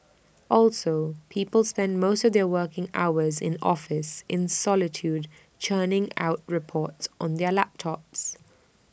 also people spend most of their working hours in office in solitude churning out reports on their laptops